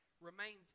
remains